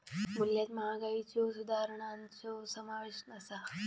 मूल्यात महागाईच्यो सुधारणांचो समावेश नसा